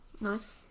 nice